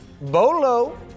Bolo